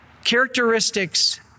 characteristics